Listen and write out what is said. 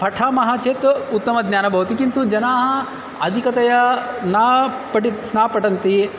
पठामः चेत् उत्तमं ज्ञानं भवति किन्तु जनाः अधिकतया न पठन्ति न पठन्ति